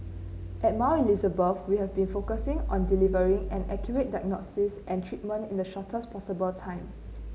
at Mount Elizabeth we have been focusing on delivering an accurate diagnosis and treatment in the shortest possible time